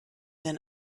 than